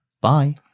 bye